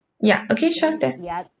ya okay sure then